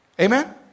Amen